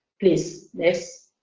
please, next.